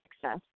success